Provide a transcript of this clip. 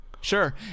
sure